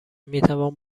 میتوان